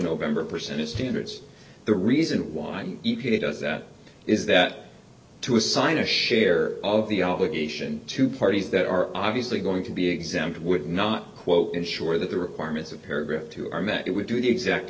november percentage standards the reason why i'm e p a does that is that to assign a share of the obligation to parties that are obviously going to be exempt would not quote ensure that the requirements of paragraph two are met it would do the exact